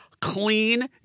clean